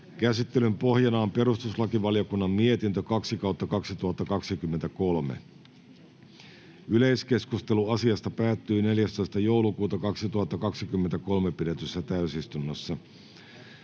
Käsittelyn pohjana on perustuslakivaliokunnan mietintö PeVM 2/2023 vp. Yleiskeskustelu asiasta päättyi 14.12.2023 pidetyssä täysistunnossa.